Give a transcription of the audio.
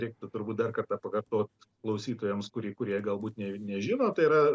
reiktų turbūt dar kartą pakartot klausytojams kurie kurie galbūt ne nežino tai yra